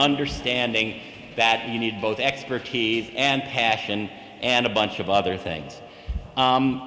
understanding that you need both expertise and passion and a bunch of other things